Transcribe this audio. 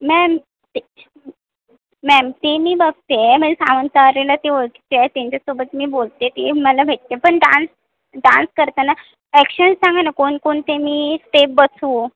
ma'am ते ma'am ते मी बघत आहे म्हणजे सावंतवाडीला ते ओळखीचे आहेत त्यांच्यासोबत मी बोलते ते मला भेटते पण डान्स डान्स करताना ॲक्शन सांगा ना कोणकोणते मी स्टेप बसवू